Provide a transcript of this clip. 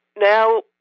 now